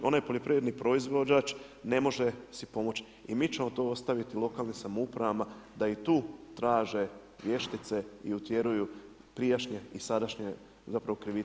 Onaj poljoprivredni proizvođač ne može si pomoći i mi ćemo to ostaviti lokalnim samoupravama da i tu traže vještice i utjeruju prijašnje i sadašnje krivice vlada RH.